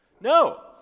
No